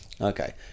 Okay